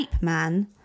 Man